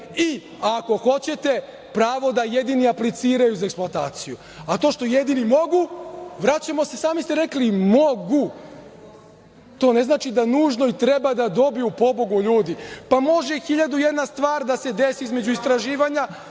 i, ako hoćete, pravo da jedini apliciraju za eksploataciju. To što jedini mogu, vraćamo se, sami ste rekli, mogu. To ne znači da nužno treba da dobiju, pobogu ljudi. Pa može hiljadu i jedna stvar da se desi između istraživanja